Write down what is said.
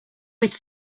with